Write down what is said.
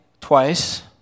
twice